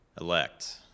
elect